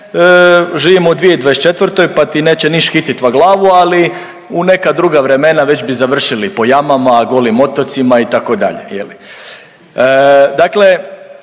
živimo u 2024. pa ti neće niš hitit u glavu ali u neka druga vremena već bi završili po jamama, golim otocima itd., je li. Dakle